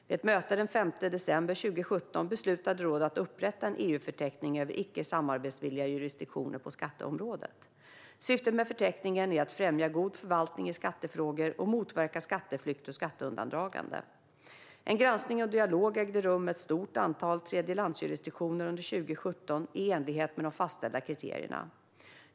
Vid ett möte den 5 december 2017 beslutade rådet att upprätta en EU-förteckning över icke samarbetsvilliga jurisdiktioner på skatteområdet. Syftet med förteckningen är att främja god förvaltning i skattefrågor och motverka skatteflykt och skatteundandragande. En granskning och dialog ägde rum med ett stort antal tredjelandsjurisdiktioner under 2017, i enlighet med de fastställda kriterierna.